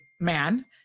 man